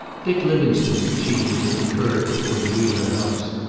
dick livingstone's machine was at the curb before the wheeler house,